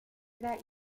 that